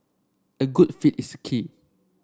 a good fit is key